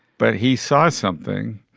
but he saw something.